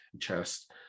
chest